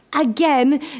again